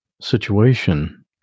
situation